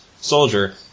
Soldier